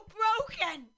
broken